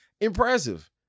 Impressive